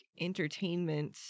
entertainment